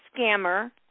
scammer